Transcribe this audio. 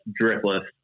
dripless